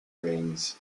rings